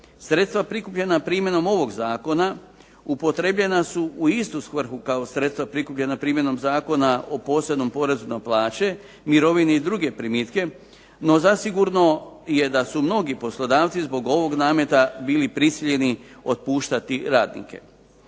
Sredstva prikupljena primjenom ovog zakona upotrebljena su u istu svrhu kao sredstva prikupljena primjenom Zakona o posebnom porezu na plaće, mirovine i druge primitke. No zasigurno je da su mnogi poslodavci zbog ovog nameta bili prisiljeni otpuštati radnike.